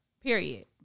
period